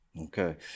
okay